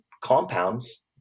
compounds